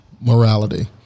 morality